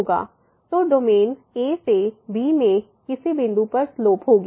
तो domain a से b में किसी बिंदु पर स्लोप होगी